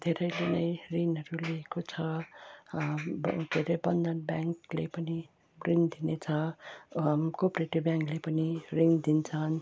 धेरैले नै ऋणहरू लिएको छ के रे बन्धन ब्याङ्कले पनि ऋण दिने छ कोपरेटिभ ब्याङ्कले पनि ऋण दिन्छन्